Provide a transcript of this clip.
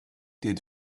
did